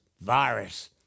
virus